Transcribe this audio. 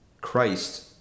Christ